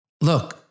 look